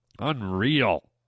Unreal